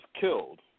killed